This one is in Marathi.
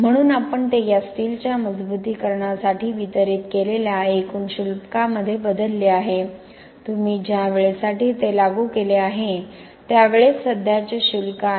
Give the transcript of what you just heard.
म्हणून आपण ते या स्टीलच्या मजबुतीकरणासाठी वितरित केलेल्या एकूण शुल्कामध्ये बदलले आहे तुम्ही ज्या वेळेसाठी ते लागू केले आहे त्यावेळेस सध्याचे शुल्क आहे